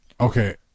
Okay